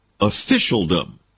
officialdom